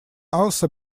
also